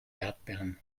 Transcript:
erdbeeren